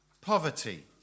poverty